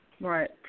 Right